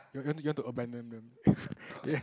you going to you want to abandon them ya